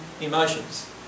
emotions